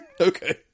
Okay